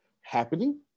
happening